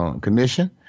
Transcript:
Commission